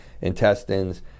intestines